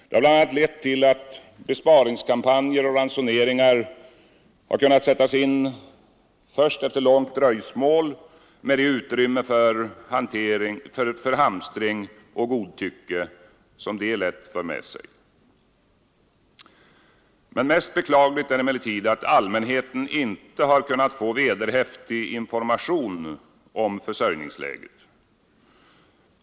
Det har bl.a. lett till att besparingskampanjer och ransoneringar kunnat sättas in först efter långt dröjsmål med det utrymme för hamstring och godtycke som detta lätt för med sig. Mest beklagligt är emellertid att allmänheten inte har kunnat få vederhäftig information om försörjningsläget.